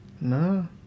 No